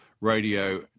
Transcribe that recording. radio